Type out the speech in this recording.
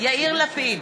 יאיר לפיד,